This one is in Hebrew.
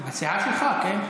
בסיעה שלך, כן.